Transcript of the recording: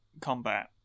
combat